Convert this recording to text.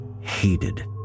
hated